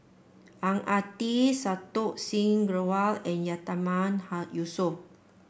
Ang Ah Tee Santokh Singh Grewal and Yatiman Yusof